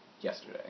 yesterday